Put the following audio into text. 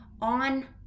on